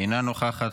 אינה נוכחת,